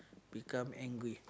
become angry